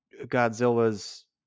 Godzilla's